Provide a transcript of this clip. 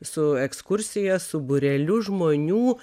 su ekskursija su būreliu žmonių